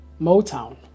Motown